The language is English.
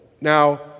Now